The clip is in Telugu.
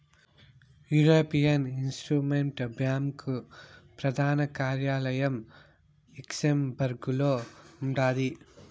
యూరోపియన్ ఇన్వెస్టుమెంట్ బ్యాంకు ప్రదాన కార్యాలయం లక్సెంబర్గులో ఉండాది